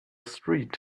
street